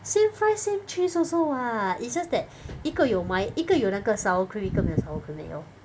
same fries same cheese also [what] it's just that 一个有一个有那个 sour cream 一个没有 sour cream 而已 lor